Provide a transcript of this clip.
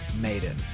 Maiden